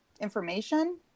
information